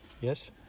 Yes